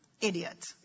Idiot